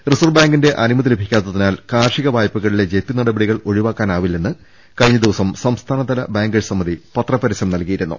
reserve ബാങ്കിന്റെ അനുമതി ലഭിക്കാത്തിനാൽ കാർഷിക വായ്പകളിലെ ജപ്തി നടപടികൾ ഒഴിവാക്കാനാവില്ലെന്ന് കഴിഞ്ഞ ദിവസം സംസ്ഥാ നതല ബാങ്കേഴ്സ് സമിതി പത്രപരസ്യം നൽകിയിരുന്നു